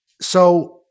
So-